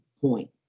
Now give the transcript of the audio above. point